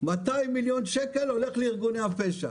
200 מיליון שקל הולך לארגוני הפשע.